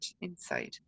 inside